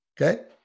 Okay